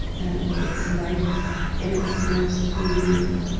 and it's life in its most immediate.